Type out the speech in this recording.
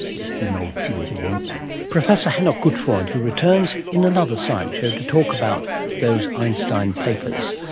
which we know he was against it. professor hanoch gutfreund, who returns in another science show to talk about those einstein papers.